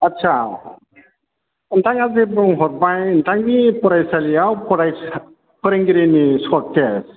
आदसा नोंथाङा जे बुंहरबाय नोंथांनि फरायसालियाव फरायसा फोरोंगिरिनि शर्टेज